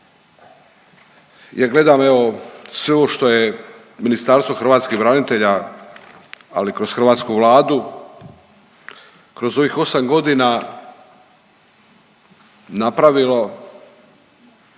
Jer gledam evo sve ovo što je Ministarstvo hrvatskih branitelja ali kroz hrvatsku Vladu kroz ovih 8 godina napravilo.